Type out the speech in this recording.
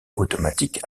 automatique